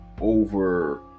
over